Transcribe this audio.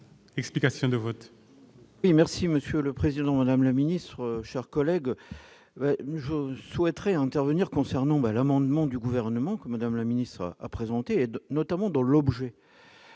explication de vote.